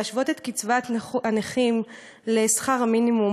להשוות את קצבת הנכים לשכר המינימום.